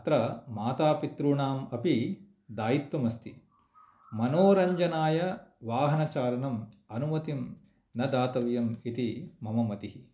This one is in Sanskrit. अत्र मातापित्रॄणाम् अपि दायित्वम् अस्ति मनोरञ्जनाय वाहनचालनम् अनुमतिं न दातव्यम् इति मम मतिः